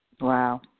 Wow